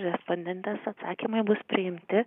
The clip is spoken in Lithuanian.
respondentės atsakymai bus priimti